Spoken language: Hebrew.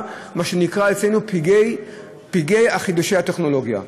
במה שנקרא אצלנו "פגעי חידושי הטכנולוגיה".